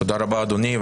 תודה רבה אדוני.